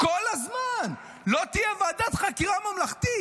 כל הזמן: לא תהיה ועדת חקירה ממלכתית,